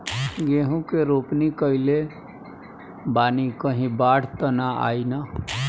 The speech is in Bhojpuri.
गेहूं के रोपनी कईले बानी कहीं बाढ़ त ना आई ना?